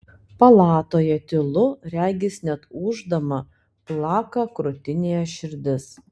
palatoje tylu regis net ūždama plaka krūtinėje širdis